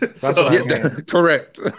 Correct